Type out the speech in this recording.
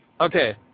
Okay